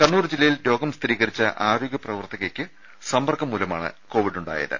കണ്ണൂർ ജില്ലയിൽ രോഗം സ്ഥിരീകരിച്ച ആരോഗ്യ പ്രവർത്തകയ്ക്ക് സമ്പർക്കം മൂലമാണ് കോവിഡ് ഉണ്ടായത്